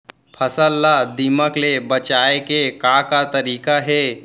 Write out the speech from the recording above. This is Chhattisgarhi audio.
फसल ला दीमक ले बचाये के का का तरीका हे?